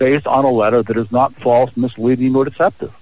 based on a letter that is not false misleading or deceptive